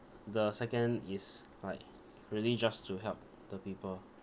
the second is like really just to help the people